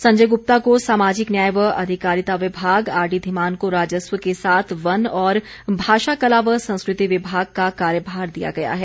संजय गुप्ता को सामाजिक न्याय व अधिकारिता विभाग आरडी धीमान को राजस्व के साथ वन और भाषा कला व संस्कृति विभाग का कार्यभार दिया गया है